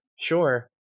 Sure